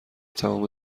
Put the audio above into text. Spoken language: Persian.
تمام